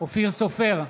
אופיר סופר,